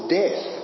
death